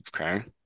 Okay